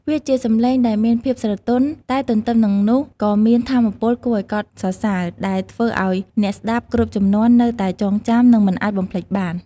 វាជាសំឡេងដែលមានភាព ស្រទន់ តែទន្ទឹមនឹងនោះក៏មាន ថាមពល គួរឲ្យកោតសរសើរ ដែលធ្វើឲ្យអ្នកស្តាប់គ្រប់ជំនាន់នៅតែចងចាំ និងមិនអាចបំភ្លេចបាន។